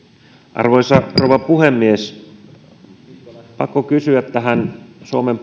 arvoisa rouva puhemies pakko kysyä tähän suomen